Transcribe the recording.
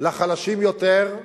לחלשים יותר,